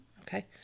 Okay